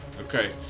Okay